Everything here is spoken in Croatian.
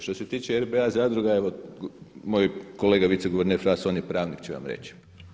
Što se tiče RBA zadruga evo moj kolega viceguverner Fras on je pravnik i on će vam reći.